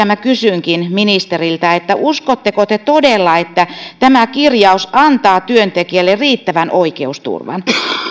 minä kysynkin ministeriltä uskotteko te todella että tämä kirjaus antaa työntekijälle riittävän oikeusturvan